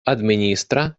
administra